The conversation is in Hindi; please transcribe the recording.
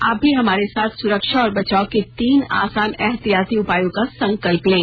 आप भी हमारे साथ सुरक्षा और बचाव के तीन आसान एहतियाती उपायों का संकल्प लें